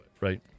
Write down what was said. right